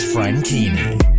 Frankini